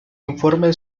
informe